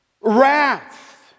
wrath